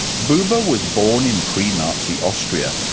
buber was born in pre-nazi austria,